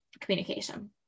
Communication